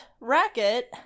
racket